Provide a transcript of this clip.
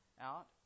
out